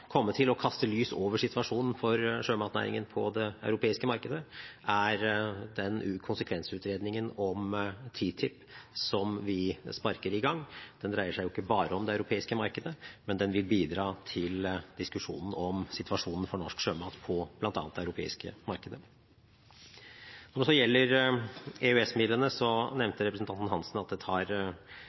komme til å kaste lys over situasjonen for sjømatnæringen på det europeiske markedet, er konsekvensutredningen om TTIP, som vi sparker i gang. Den dreier seg jo ikke bare om det europeiske markedet, men den vil bidra til diskusjonen om situasjonen for norsk sjømat på bl.a. det europeiske markedet. Når det gjelder EØS-midlene, nevnte representanten Hansen at det tar